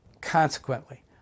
Consequently